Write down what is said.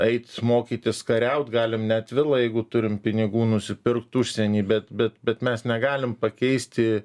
eit mokytis kariaut galim net vilą jeigu turim pinigų nusipirkt užsieny bet bet bet mes negalim pakeisti